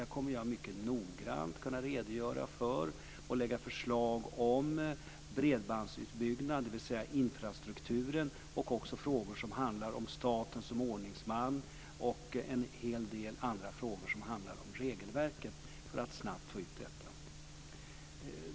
Där kommer jag mycket noggrant att kunna redogöra för och lägga fram förslag om bredbandsutbyggnad, dvs. infrastrukturen, frågor om staten som ordningsman och en hel del andra frågor om regelverket för att snabbt få ut detta.